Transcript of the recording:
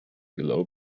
below